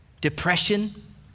depression